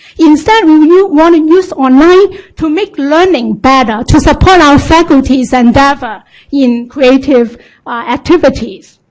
instead we we wanna use online to make learning better, to support our faculty's endeavor in creative activities.